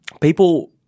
people